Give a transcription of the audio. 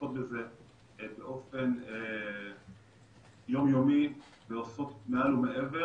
מתעסקות בזה באופן יום-יומי ועושות מעל ומעבר.